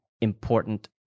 important